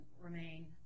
remain